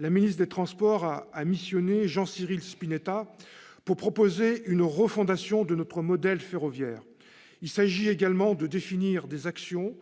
la ministre chargée des transports a missionné Jean-Cyril Spinetta pour proposer une refondation de notre modèle ferroviaire. Il s'agit également de définir des actions